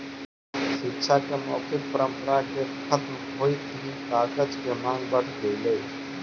शिक्षा के मौखिक परम्परा के खत्म होइत ही कागज के माँग बढ़ गेलइ